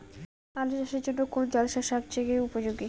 আলু চাষের জন্য কোন জল সেচ সব থেকে উপযোগী?